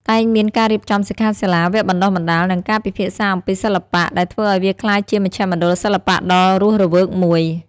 តែងមានការរៀបចំសិក្ខាសាលា វគ្គបណ្ដុះបណ្ដាល និងការពិភាក្សាអំពីសិល្បៈ ដែលធ្វើឲ្យវាក្លាយជាមជ្ឈមណ្ឌលសិល្បៈដ៏រស់រវើកមួយ។